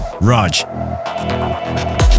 Raj